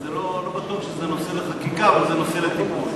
אני לא בטוח שזה נושא לחקיקה, אבל זה נושא לטיפול.